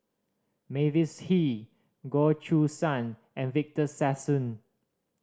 Mavis Hee Goh Choo San and Victor Sassoon